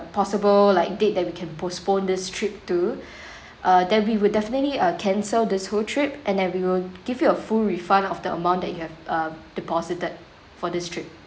possible like date that we can postpone this trip to uh then we will definitely uh cancel this whole trip and then we will give you a full refund of the amount that you have uh deposited for this trip